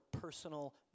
personal